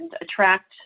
attract